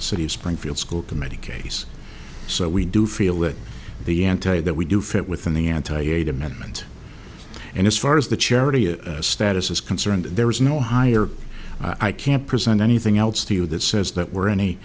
city of springfield school committee case so we do feel that the entity that we do fit within the anti elite amendment and as far as the charity is status is concerned there is no higher i can't present anything else to you that says that we're any